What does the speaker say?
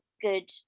good